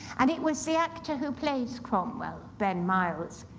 and it was the actor who plays cromwell, ben miles,